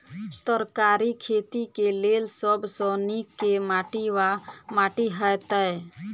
तरकारीक खेती केँ लेल सब सऽ नीक केँ माटि वा माटि हेतै?